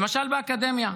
למשל באקדמיה: